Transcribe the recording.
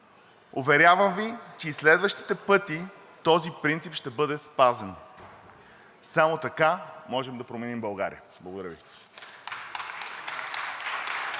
Уверявам Ви, че и следващите пъти този принцип ще бъде спазен. Само така можем да променим България! Благодаря Ви.